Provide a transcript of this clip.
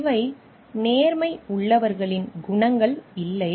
இவை நேர்மை உள்ளவர்களின் குணங்கள் இல்லை